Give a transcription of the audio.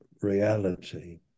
reality